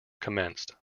commenced